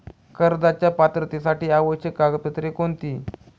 कर्जाच्या पात्रतेसाठी आवश्यक कागदपत्रे कोणती?